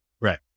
right